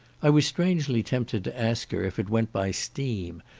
i was strangely tempted to ask her if it went by steam,